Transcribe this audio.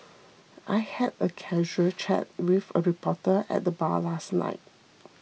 I had a casual chat with a reporter at the bar last night